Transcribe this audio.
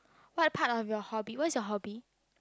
what part of your hobby what's your hobby